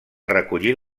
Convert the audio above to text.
recollir